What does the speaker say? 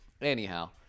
anyhow